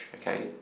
okay